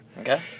Okay